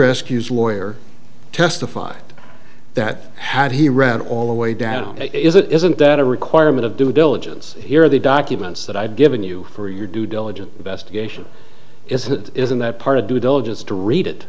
accused lawyer testified that had he read all the way down is it isn't that a requirement of due diligence here the documents that i've given you for your due diligence investigation is it isn't that part of due diligence to read it